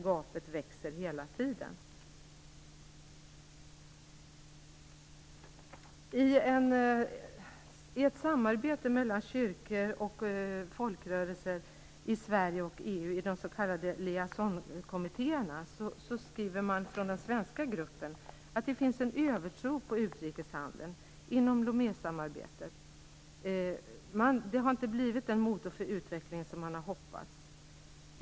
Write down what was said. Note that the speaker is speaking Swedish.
Gapet växer hela tiden. Sverige och EU i de s.k. liaison-kommittéerna, skriver man i den svenska gruppen att det finns en övertro på utrikeshandeln inom Lomésamarbetet. Den har inte blivit den motor för utvecklingen som man har hoppats.